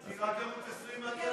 כי רק ערוץ 20 מעניין אותם.